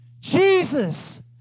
Jesus